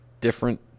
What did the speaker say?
different